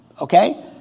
okay